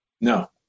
No